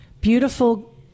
beautiful